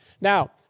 Now